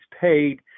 paid